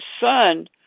son